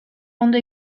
ondo